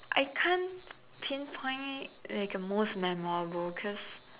I can't pinpoint like a most memorable coz